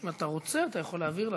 אם אתה רוצה, אתה יכול להעביר לה.